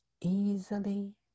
easily